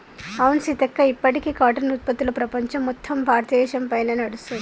అవును సీతక్క ఇప్పటికీ కాటన్ ఉత్పత్తులు ప్రపంచం మొత్తం భారతదేశ పైనే నడుస్తుంది